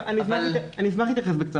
אני אשמח להתייחס בקצרה.